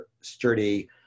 sturdy